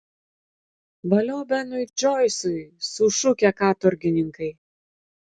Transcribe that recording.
valio benui džoisui sušukę katorgininkai